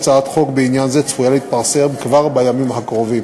הצעת חוק בעניין זה צפויה להתפרסם כבר בימים הקרובים.